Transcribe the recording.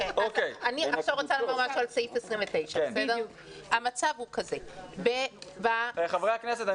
עכשיו אני רוצה להתייחס לסעיף 29. חברי הכנסת,